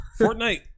Fortnite